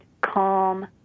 calm